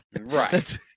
Right